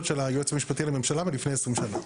של הייעוץ המשפטי לממשלה מלפני 20 שנה.